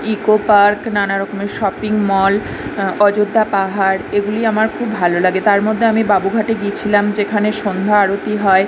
eco park নানা রকমের shopping mall Ayodhya পাহাড় এগুলি আমার খুব ভালো লাগে তার মধ্যে আমি বাবুঘাটে গিয়েছিলাম যেখানে সন্ধ্যা আরতি হয়